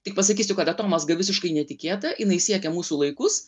tik pasakysiu kad atomazga visiškai netikėta jinai siekia mūsų laikus